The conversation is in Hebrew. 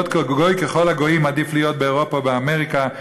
להיות גוי ככל הגויים עדיף להיות באירופה או באמריקה,